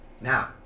Now